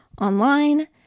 online